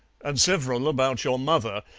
and several about your mother,